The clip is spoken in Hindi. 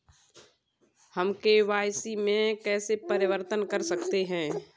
हम के.वाई.सी में कैसे परिवर्तन कर सकते हैं?